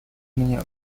меня